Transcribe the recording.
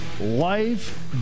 life